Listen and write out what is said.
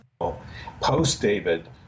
Post-David